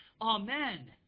Amen